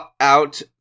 out